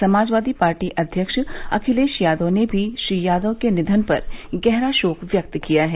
समाजवादी पार्टी अध्यक्ष अखिलेश यादव ने भी श्री यादव के निधन पर गहरा शोक व्यक्त किया है